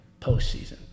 postseason